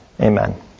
Amen